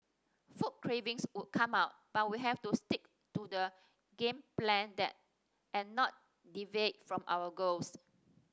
food cravings would come up but we have to stick to the game plan and not deviate from our goals